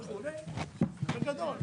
בגדול.